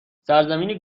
سرزمینی